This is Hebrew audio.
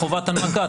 חובת הנמקה,